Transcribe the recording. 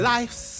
Life's